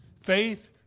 Faith